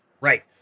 right